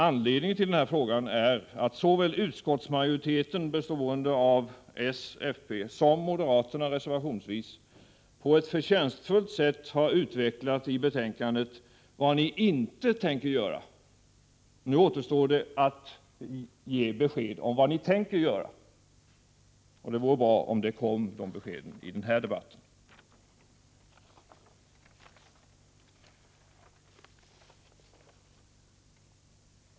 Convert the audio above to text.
Anledningen till den frågan är att såväl utskottsmajoriteten, bestående av s och fp, som m, reservationsvis, på ett förtjänstfullt sätt i betänkandet har utvecklat vad ni inte tänker göra. Nu återstår att ge besked om vad ni tänker göra. Det vore bra om de beskeden kom i den här debatten.